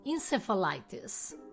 encephalitis